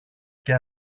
και